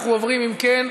אם כן,